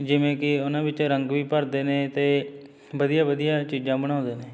ਜਿਵੇਂ ਕਿ ਉਹਨਾਂ ਵਿੱਚ ਰੰਗ ਵੀ ਭਰਦੇ ਨੇ ਅਤੇ ਵਧੀਆ ਵਧੀਆ ਚੀਜ਼ਾਂ ਬਣਾਉਂਦੇ ਨੇ